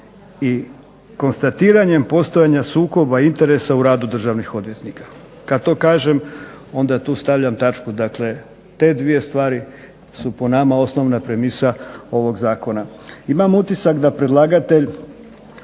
i konstatiranjem postojanja sukoba interesa u radu državnih odvjetnika. Kad to kažem onda tu stavljam tačku. Dakle, te dvije stvari su po nama osnovna premisa ovog zakona. Imam utisak da predlagatelj